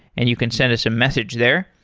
and you can send us a message there.